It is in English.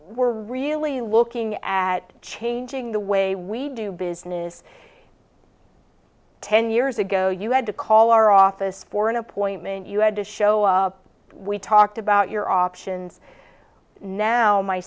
we're really looking at changing the way we do business ten years ago you had to call our office for an appointment you had to show up we talked about your options now my